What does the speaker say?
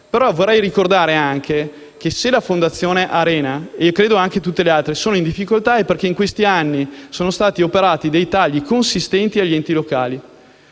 Però vorrei ricordare anche che se la Fondazione Arena e credo anche tutte le altre sono in difficoltà è perché in questi anni sono stati operati tagli consistenti agli enti locali.